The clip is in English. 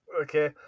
Okay